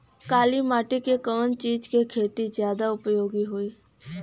काली माटी में कवन चीज़ के खेती ज्यादा उपयोगी होयी?